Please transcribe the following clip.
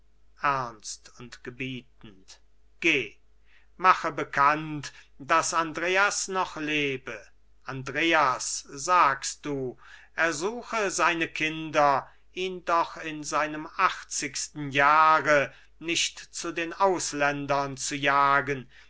ernst und gebietend geh mache bekannt daß andreas noch lebe andreas sagst du ersuche seine kinder ihn doch in seinem achtzigsten jahre nicht zu den ausländern zu jagen